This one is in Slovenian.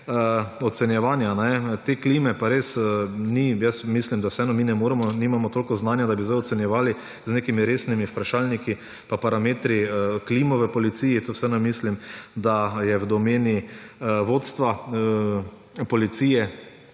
ocenjevanja te klime, pa res ni … Mislim, da vseeno mi ne moremo, nimamo toliko znanja, da bi zdaj ocenjevali z nekimi resnimi vprašalniki pa parametri klimo v policiji. To vseeno mislim, da je v domeni vodstva policije